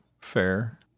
fair